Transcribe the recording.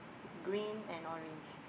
green and orange